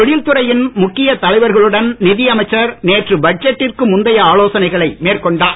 தொழில் துறையின் முக்கியத் தலைவர்களுடன் நிதியமைச்சர் நேற்று பட்ஜெட்டிற்கு முந்தைய ஆலோசனைகளை மேற்கொண்டார்